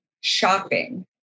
shopping